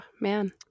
Man